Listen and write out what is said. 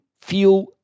feel